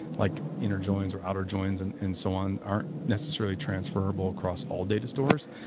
like inner joins or outer joins and and so on aren't necessarily transferable across all data stores.